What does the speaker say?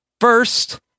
first